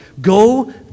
go